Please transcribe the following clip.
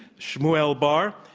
shmuel bar.